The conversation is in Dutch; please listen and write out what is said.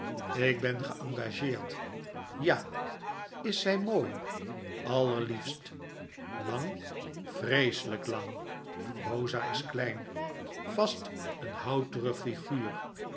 ik ben geengageerd ja ls zij mooi alleriiefst lang vreeselyk lang rosa is klein vast een houterig figuur